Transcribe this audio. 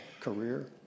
career